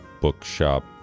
bookshop